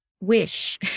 wish